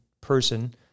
person